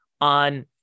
on